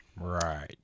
Right